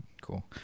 Cool